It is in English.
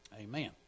amen